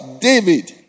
David